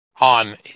on